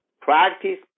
practice